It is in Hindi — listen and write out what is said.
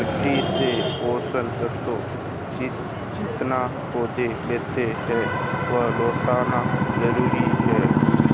मिट्टी से पोषक तत्व जितना पौधे लेते है, वह लौटाना जरूरी है